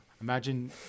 Imagine